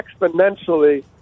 exponentially